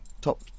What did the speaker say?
top